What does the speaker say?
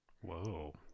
whoa